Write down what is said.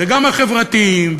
וגם החברתיים,